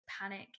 panic